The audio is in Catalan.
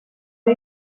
que